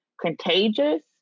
contagious